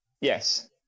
Yes